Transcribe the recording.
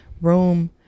room